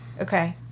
Okay